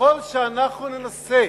ככל שאנחנו ננסה